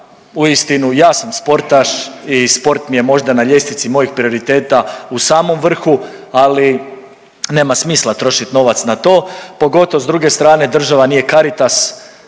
uistinu ja sam sportaš i sport mi je možda na ljestvici mojih prioriteta u samom vrhu, ali nema smisla trošiti novac na to, pogotovo s druge strane država nije Caritas,